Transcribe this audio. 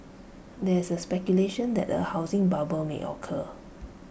there is speculation that A housing bubble may occur